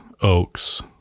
oaks